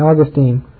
Augustine